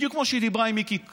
בדיוק כמו שהיא דיברה עם מיקי לוי.